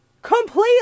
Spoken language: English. Completely